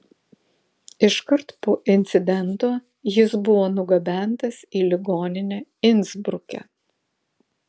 iškart po incidento jis buvo nugabentas į ligoninę insbruke